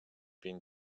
been